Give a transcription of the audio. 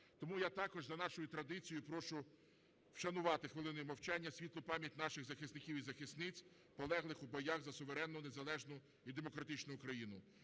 Тому я також за нашою традицією прошу вшанувати хвилиною мовчання світлу пам'ять наших захисників і захисниць, полеглих у боях за суверенну, незалежну і демократичну Україну.